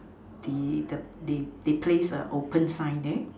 they they they place a open sign there